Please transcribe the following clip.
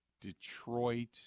Detroit